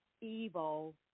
evil